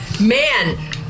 Man